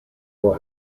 will